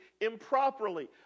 improperly